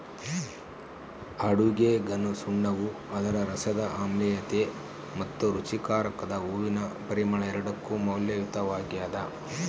ಅಡುಗೆಗಸುಣ್ಣವು ಅದರ ರಸದ ಆಮ್ಲೀಯತೆ ಮತ್ತು ರುಚಿಕಾರಕದ ಹೂವಿನ ಪರಿಮಳ ಎರಡಕ್ಕೂ ಮೌಲ್ಯಯುತವಾಗ್ಯದ